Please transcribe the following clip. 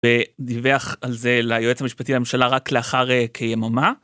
ודיווח על זה ליועץ המשפטי לממשלה רק לאחר כיממה.